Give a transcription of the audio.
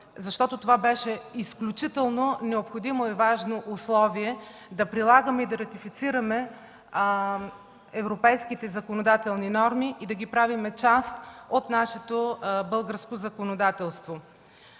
защото това беше изключително необходимо и важно условие – да прилагаме и ратифицираме европейските законодателни норми и да ги правим част от нашето българско законодателство.